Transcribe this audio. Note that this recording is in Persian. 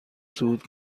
صعود